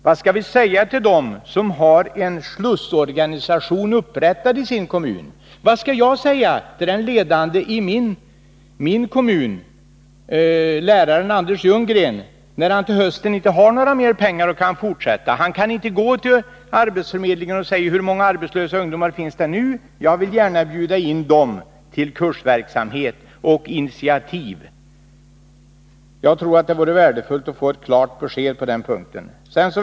Vad skall vi säga till dem som har en slussorganisation upprättad i sin kommun? Vad skall jag säga till den ansvarige i min kommun, läraren Anders Ljunggren, när han till hösten inte har några pengar att fortsätta med? Han kan inte gå till arbetsförmedlingen och fråga: Hur många arbetslösa ungdomar finns det nu? Jag vill gärna bjuda in dem till kursverksamhet och initiativ. Jag tror att det vore värdefullt att få ett klart besked på min fråga om nya medel.